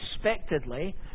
unexpectedly